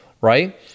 right